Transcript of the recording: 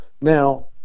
Now